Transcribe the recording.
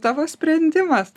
tavo sprendimas